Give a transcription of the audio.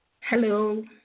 Hello